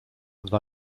dwa